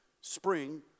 spring